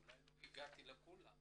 אולי לא הגעתי לכולן